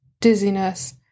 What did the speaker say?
dizziness